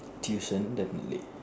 tuition the is